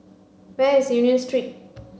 where is Union Street